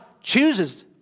chooses